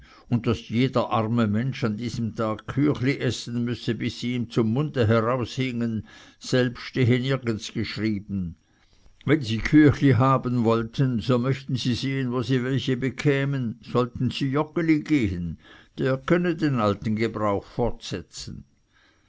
und daß jeder arme mensch an diesem tage küchli essen müsse bis sie ihm zum mund heraushingen selb stehe nirgends geschrieben wenn sie küchli haben wollten so möchten sie sehen wo sie welche bekämen sollten zu joggeli gehen der könne den alten gebrauch fortsetzen